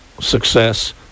success